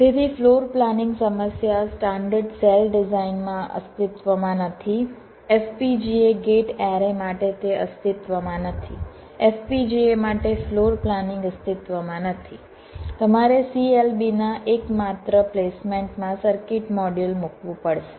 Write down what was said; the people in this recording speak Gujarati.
તેથી ફ્લોર પ્લાનિંગ સમસ્યા સ્ટાન્ડર્ડ સેલ ડિઝાઇનમાં અસ્તિત્વમાં નથી FPGA ગેટ એરે માટે તે અસ્તિત્વમાં નથી FPGA માટે ફ્લોર પ્લાનિંગ અસ્તિત્વમાં નથી તમારે CLB ના એક માત્ર પ્લેસમેન્ટમાં સર્કિટ મોડ્યુલ મૂકવું પડશે